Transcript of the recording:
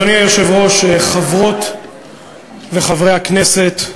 אדוני היושב-ראש, חברות וחברי הכנסת,